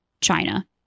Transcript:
china